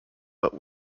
but